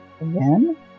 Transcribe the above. Again